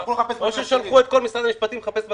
או ששלחו את כל משרד המשפטים לחפש בקלסרים.